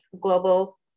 global